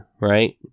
right